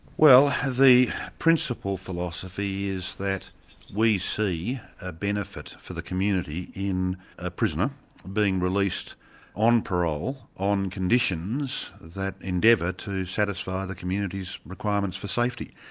well the principal philosophy is that we see a benefit for the community in a prisoner being released on parole, on conditions that endeavour to satisfy the community's requirements for safety.